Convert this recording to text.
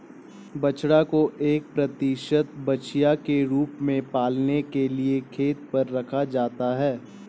बछड़ा को एक प्रतिस्थापन बछिया के रूप में पालने के लिए खेत पर रखा जाता है